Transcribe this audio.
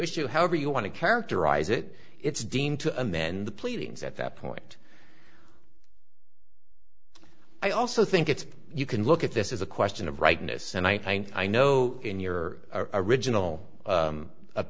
issue however you want to characterize it it's deemed to amend the pleadings at that point i also think it's you can look at this is a question of rightness and i know i know in your original